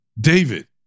David